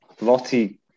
Lottie